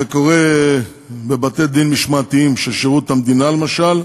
זה קורה בבתי-דין משמעתיים של שירות המדינה, למשל,